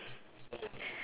ya I have